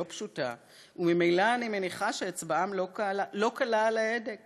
לא פשוטה וממילא אני מניחה שאצבעם לא קלה על ההדק